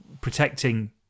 protecting